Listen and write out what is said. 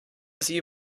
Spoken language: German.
sie